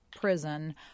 prison